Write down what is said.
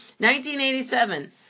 1987